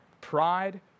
pride